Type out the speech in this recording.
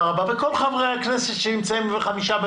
הצבעה בעד פה אחד הצעת חוק קליטת חיילים משוחררים (תיקון מס' 23,